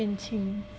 大便青